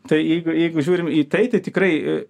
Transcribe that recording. tai jeigu jeigu žiūrim į tai tai tikrai